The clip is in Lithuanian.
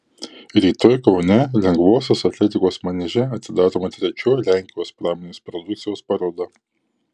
rytoj kaune lengvosios atletikos manieže atidaroma trečioji lenkijos pramonės produkcijos paroda